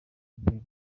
nigeria